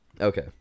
Okay